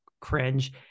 cringe